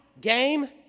game